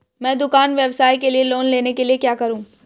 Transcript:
मैं दुकान व्यवसाय के लिए लोंन लेने के लिए क्या करूं?